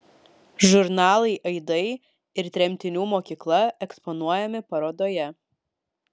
žurnalai aidai ir tremtinių mokykla eksponuojami parodoje